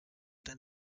then